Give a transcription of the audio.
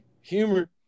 humor